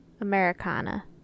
Americana